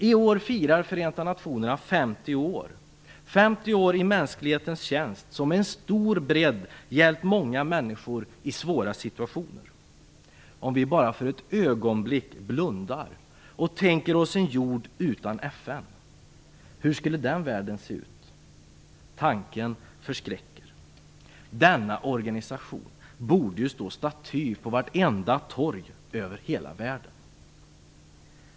I år firar Förenta nationerna 50 år, 50 år i mänsklighetens tjänst, 50 år under vilka man med en stor bredd hjälpt många människor i svåra situationer. Låt oss bara för ett ögonblick blunda och tänka oss en jord utan FN. Hur skulle den världen se ut? Tanken förskräcker. Denna organisation borde stå staty på vartenda torg över hela världen.